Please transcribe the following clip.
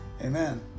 Amen